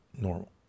normal